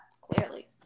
Clearly